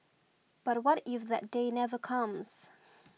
but what if that day never comes